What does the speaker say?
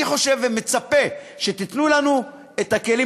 אני חושב ומצפה שתיתנו לנו את הכלים,